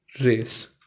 race